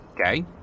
Okay